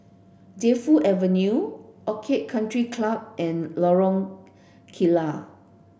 Defu Avenue Orchid Country Club and Lorong Kilat